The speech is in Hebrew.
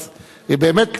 באמת,